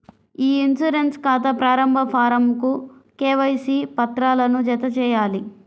ఇ insurance ఖాతా ప్రారంభ ఫారమ్కు కేవైసీ పత్రాలను జతచేయాలి